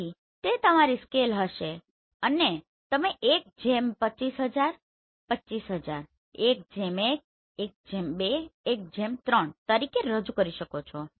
તેથી તે તમારી સ્કેલ હશે અને તમે 1 25000 25000 11 12 13 તરીકે રજૂ કરી શકો છો